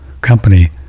company